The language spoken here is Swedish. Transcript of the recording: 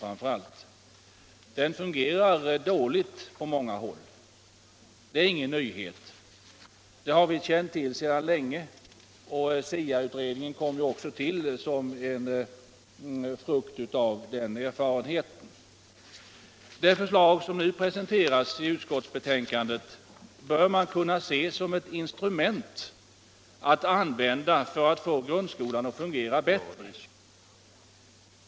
Grundskolan fungerar nu dåligt på många håll. Det är ingen nyhet. Vi har känt till detta länge. SIA-utredningen kom ju också till som en produkt av den erfarenheten. Det förslag som nu presenteras i utskottets betänkande bör man kunna se som ett instrument för att få grundskolan att fungera bättre.